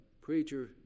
preacher